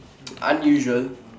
unusual